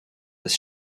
this